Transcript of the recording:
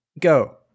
Go